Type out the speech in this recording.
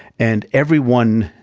and everyone